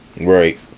Right